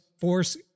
force